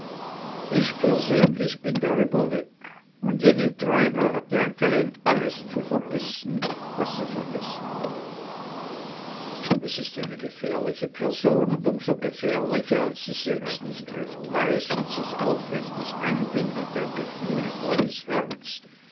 ich persönlich bin drüber weg und jenny treibel hat ein talent alles zu vergessen was sie vergessen will es ist eine gefährliche person und um so gefährlicher als sie's selbst nicht recht weiß und sich aufrichtig einbildet ein gefühlvolles herz